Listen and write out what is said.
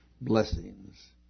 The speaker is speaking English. Blessings